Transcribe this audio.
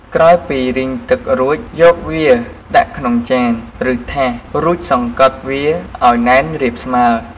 ក្រោយពីរីងទឹក រួចយកវាដាក់ក្នុងចាន ឬថាសរួចសង្កត់វាឱ្យណែនរាបស្មើរ។